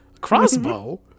Crossbow